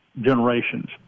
generations